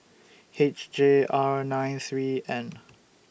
H J R nine three N